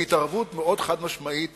בהתערבות מאוד חד-משמעית